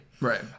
Right